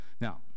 Now